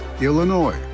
Illinois